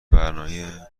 برنامه